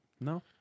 No